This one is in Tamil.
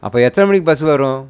அப்போ எத்தனை மணிக்கு பஸ் வரும்